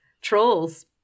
Trolls